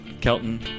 Kelton